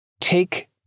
Take